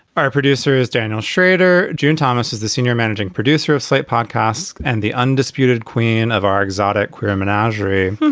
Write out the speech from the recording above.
our producer is daniel schrader. june thomas is the senior managing producer of slate podcasts and the undisputed queen of our exotic queer menagerie.